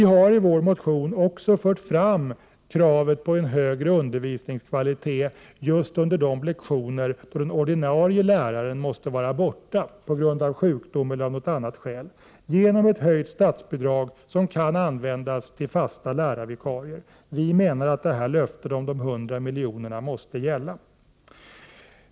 Vi har i vår motion också fört fram kravet på högre undervisningskvalitet under de lektioner då ordinarie lärare måste vara borta på grund av 41 sjukdom eller av andra skäl, genom en höjning av statsbidraget som kan användas till fasta lärarvikarier. Vi menar att löftet om de 100 miljonerna måste gälla.